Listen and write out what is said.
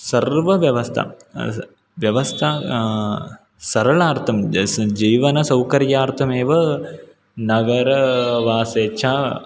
सर्वव्यवस्था अस् व्यवस्था सरलार्थं ज् जीवनसौकर्यार्थमेव नगरवासे च